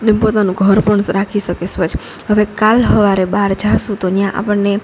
અને પોતાનું ઘર પણ રાખી શકે સ્વચ્છ હવે કાલ હવારે બહાર જઈશું તો ત્યાં આપણને